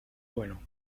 bueno